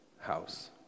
house